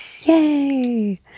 Yay